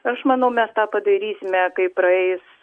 aš manau mes tą padarysime kaip praeis